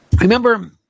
Remember